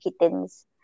kittens